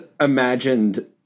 imagined